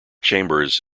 chambers